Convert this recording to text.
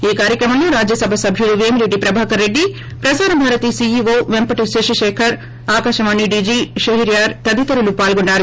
ఈ కార్యక్రమంలో రాజ్యసభ సభ్యుడు Vemireddy Prabhakar Reddy Prasar Bharati CEO Vempati Shashi shaker Akashvani DG షెహిర్యార్ తదితరులు పాల్గొన్నారు